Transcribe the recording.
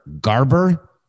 Garber